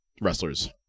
wrestlers